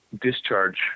discharge